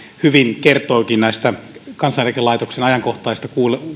hyvin kertoikin näistä kansaneläkelaitoksen ajankohtaisista